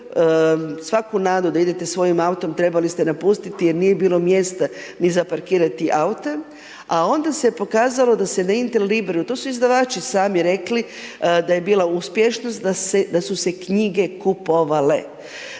svaku nadu da idete svojim autom trebali ste napustiti jer nije bilo mjesta ni za parkirati aute, a onda se pokazalo da se na Interliberu, to su izdavači sami rekli, da je bila uspješnost, da su se knjige kupovale.